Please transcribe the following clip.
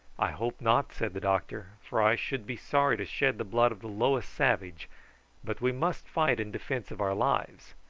i hope not, said the doctor, for i should be sorry to shed the blood of the lowest savage but we must fight in defence of our lives.